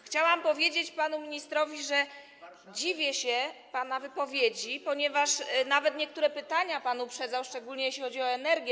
Chciałam powiedzieć panu ministrowi, że dziwię się pana wypowiedzi, ponieważ nawet niektóre pytania pan uprzedzał, szczególnie jeśli chodzi o energię.